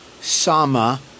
sama